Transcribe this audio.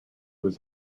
was